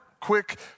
quick